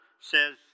says